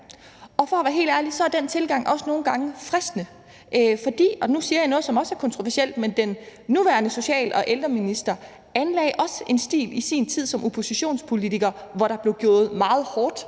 og for at være helt ærlig er den tilgang også nogle gange fristende, fordi – og nu siger jeg noget, som også er kontroversielt – den nuværende social- og ældreminister anlagde også i sin tid som oppositionspolitiker en stil, hvor der blev gået meget hårdt